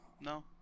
No